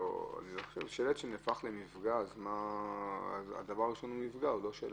שלט שנהפך למפגע הוא מפגע, הוא לא שלט.